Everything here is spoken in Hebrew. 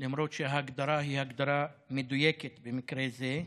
למרות שההגדרה היא הגדרה מדויקת במקרה הזה.